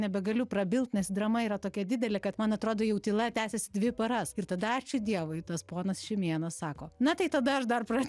nebegaliu prabilt nes drama yra tokia didelė kad man atrodo jau tyla tęsiasi dvi paras ir tada ačiū dievui tas ponas šimėnas sako na tai tada aš dar pra